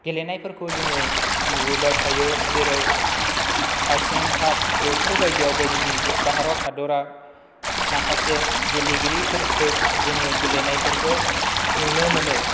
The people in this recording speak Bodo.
गेलेनायफोरखौ जोङो नुबोबाय थायो जेरै एसियान काप बेफोरबायदि आवबो जोंनि भारत हादरा माखासे गेलेगिरिफोरखौ जोङो गेलेनायफोरखौ नुनो मोनो